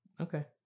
Okay